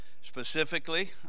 specifically